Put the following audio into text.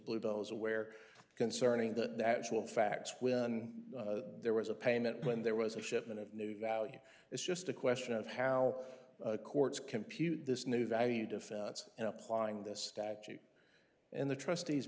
blue those aware concerning the actual facts when there was a payment when there was a shipment of new value it's just a question of how courts compute this new value defense and applying this statute and the trustees